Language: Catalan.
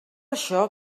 això